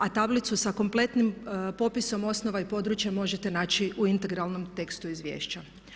A tablicu sa kompletnim popisom osnova i područja možete naši u integralnom tekstu izvješća.